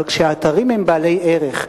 אבל כשהאתרים הם בעלי ערך,